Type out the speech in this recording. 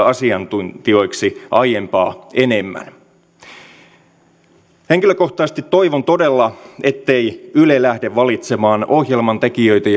asiantuntijoiksi aiempaa enemmän henkilökohtaisesti toivon todella ettei yle lähde valitsemaan ohjelmantekijöitä